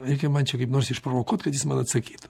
reikia man čia kaip nors išprovokuot kad jis man atsakytų